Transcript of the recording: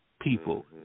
people